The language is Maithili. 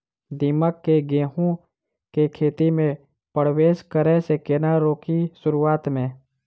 दीमक केँ गेंहूँ केँ खेती मे परवेश करै सँ केना रोकि शुरुआत में?